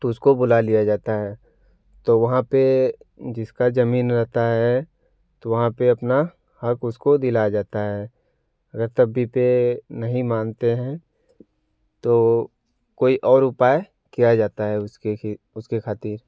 तो उसको बुला लिया जाता है तो वहाँ पे जिसका जमीन रहता है तो वहाँ पे अपना हक उसको दिलाया जाता है अगर तब भी पे नहीं मानते हैं तो कोई और उपाय किया जाता है उसके उसके खातिर